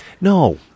No